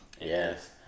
Yes